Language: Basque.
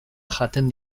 jaten